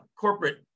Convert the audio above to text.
corporate